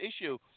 issue